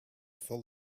full